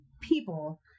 people